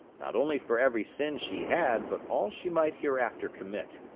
not only for every sin she had, but all she might hereafter commit.